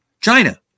China